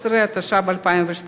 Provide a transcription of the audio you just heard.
13), התשע"ב 2012,